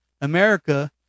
America